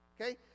okay